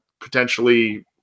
potentially